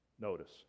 Notice